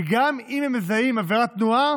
וגם אם הם מזהים עבירת תנועה